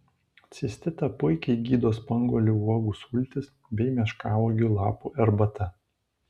cistitą puikiai gydo spanguolių uogų sultys bei meškauogių lapų arbata